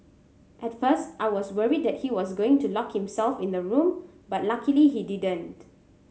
at first I was worried that he was going to lock himself in the room but luckily he didn't